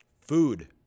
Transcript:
Food